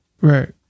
right